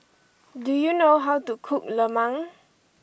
do you know how to cook Lemang